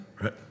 right